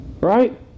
right